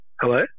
hello